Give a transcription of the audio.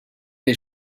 les